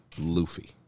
Luffy